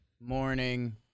morning